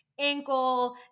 ankle